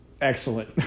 Excellent